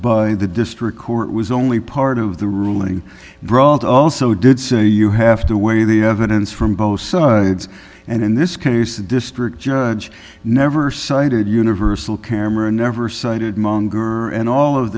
by the district court was only part of the ruling brought also did say you have to weigh the evidence from both sides and in this case the district judge never cited universal camera never cited mongerer and all of